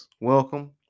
welcome